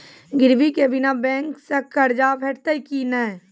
गिरवी के बिना बैंक सऽ कर्ज भेटतै की नै?